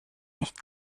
nicht